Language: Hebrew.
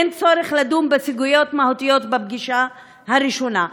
אין צורך לדון בסוגיות מהותיות בפגישה הראשונה.